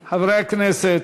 רבותי חברי הכנסת,